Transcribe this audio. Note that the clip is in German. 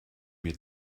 mir